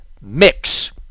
mix